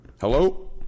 Hello